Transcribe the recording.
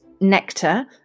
nectar